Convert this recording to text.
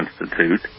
Institute